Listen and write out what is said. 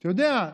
אתה יודע,